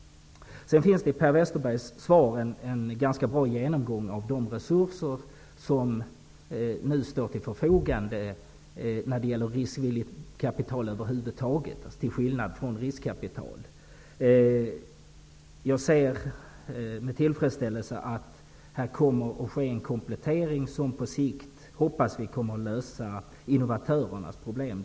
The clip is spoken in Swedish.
Sedan finns det i Per Westerbergs svar en ganska bra genomgång av de resurser som nu står till förfogande när det gäller riskvilligt kapital över huvud taget, till skillnad från riskkapital. Jag noterar med tillfredsställelse att här kommer att ske en komplettering som på sikt förhoppningsvis kommer att innebära en lösning på innovatörernas problem.